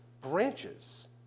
branches